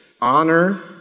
honor